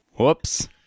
Whoops